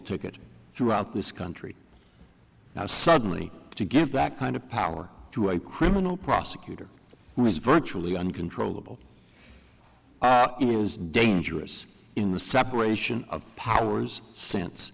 ticket throughout this country now suddenly to give that kind of power to a criminal prosecutor was virtually uncontrollable it was dangerous in the separation of powers sense